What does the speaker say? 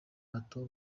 bato